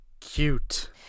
cute